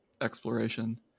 exploration